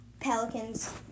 Pelicans